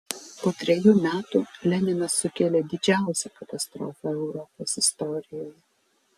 po trejų metų leninas sukėlė didžiausią katastrofą europos istorijoje